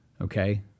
Okay